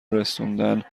رسوندن